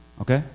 okay